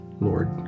Lord